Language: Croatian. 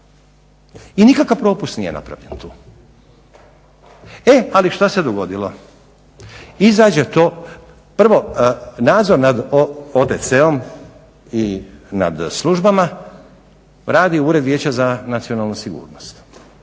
I nikakav propust nije napravljen tu. E ali što se dogodilo? Izađe to, prvo nadzor nad OTC-om i nad službama radi Ured vijeća za nacionalnu sigurnost.